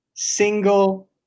single